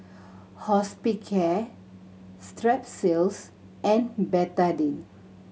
Hospicare Strepsils and Betadine